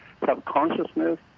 subconsciousness